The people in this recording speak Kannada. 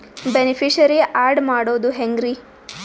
ಬೆನಿಫಿಶರೀ, ಆ್ಯಡ್ ಮಾಡೋದು ಹೆಂಗ್ರಿ?